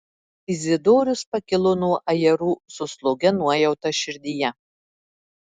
izidorius pakilo nuo ajerų su slogia nuojauta širdyje